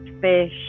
fish